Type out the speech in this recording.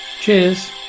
Cheers